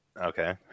Okay